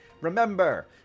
Remember